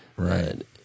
Right